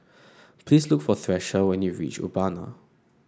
please look for Thresa when you reach Urbana